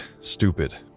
stupid